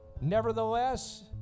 Nevertheless